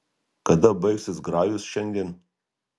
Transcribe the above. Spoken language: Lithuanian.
kada baigsis grajus šiandien